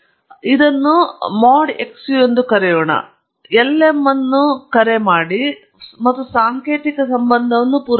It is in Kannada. ಇದನ್ನು ಮಾಡ್ xu ಎಂದು ಕರೆಯೋಣ ಮತ್ತು lm ಅನ್ನು ಕರೆ ಮಾಡಿ ಮತ್ತು ಸಾಂಕೇತಿಕ ಸಂಬಂಧವನ್ನು ಪೂರೈಸೋಣ